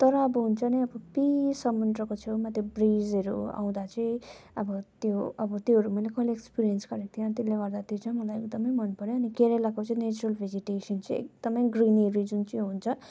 तर अब हुन्छ नि अब पिस समुद्रको छेउमा त्यो ब्रिजहरू आउँदा चाहिँ अब त्यो अब त्योहरू मैले कहिले एक्सपिरियन्स गरेको थिइनँ त्यसले गर्दा त्यो चाहिँ मलाई एकदम मन पऱ्यो अनि केरेलाको चाहिँ नेचरल भेजिटेसन चाहिँ एकदम ग्रिनी रिजन चाहिँ हुन्छ